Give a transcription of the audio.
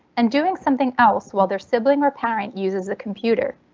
and doing something else while their sibling or parent uses the computer.